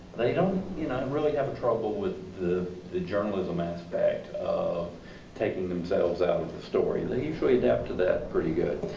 they don't you know really have trouble with the the journalism aspect of taking themselves out of the story. they usually adapt to that pretty good.